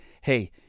hey